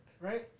Right